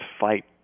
fight